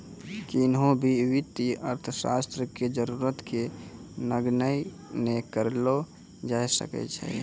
किन्हो भी वित्तीय अर्थशास्त्र के जरूरत के नगण्य नै करलो जाय सकै छै